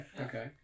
okay